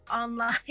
online